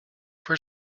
for